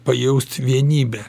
pajausti vienybę